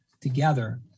together